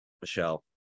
Michelle